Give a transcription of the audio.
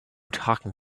talking